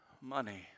money